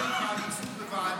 הוא דיבר איתך על ייצוג בוועדות.